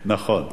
ולכן,